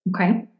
Okay